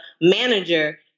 manager